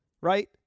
right